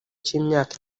cy’imyaka